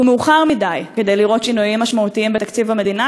הוא מאוחר מכדי לראות שינויים משמעותיים בתקציב המדינה,